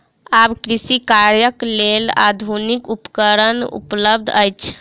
आब कृषि कार्यक लेल आधुनिक उपकरण उपलब्ध अछि